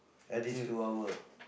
at least two hour